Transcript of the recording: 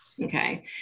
Okay